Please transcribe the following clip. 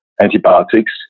antibiotics